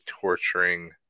torturing